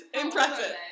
impressive